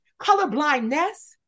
colorblindness